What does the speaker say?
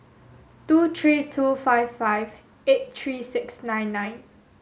two three two five five eight three six nine nine